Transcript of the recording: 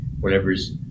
whatever's